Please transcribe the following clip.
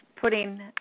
putting